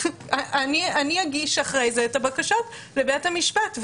אני אגיש אחרי זה את הבקשות לבית המשפט.